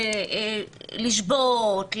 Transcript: לשבות,